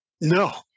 No